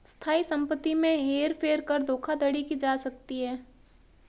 स्थायी संपत्ति में हेर फेर कर धोखाधड़ी की जा सकती है